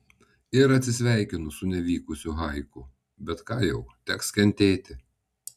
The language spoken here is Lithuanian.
ir atsisveikinu su nevykusiu haiku bet ką jau teks kentėti